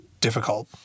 difficult